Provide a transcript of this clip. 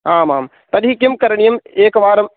आम् आं तर्हि किं करणीयम् एकवारम्